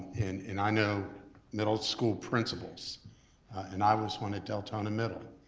and and i know middle school principals and i was one at deltona middle.